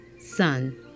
Son